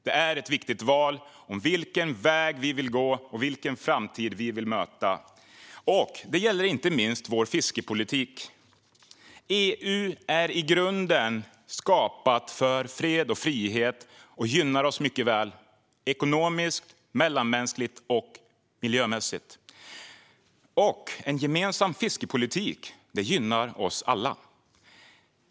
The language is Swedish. Det är ett viktigt val om vilken väg vi vill gå och vilken framtid vi vill möta. Det gäller inte minst vår fiskepolitik. EU är i grunden skapat för fred och frihet och gynnar oss mycket väl - ekonomiskt, mellanmänskligt och miljömässigt. En gemensam fiskepolitik gynnar oss alla.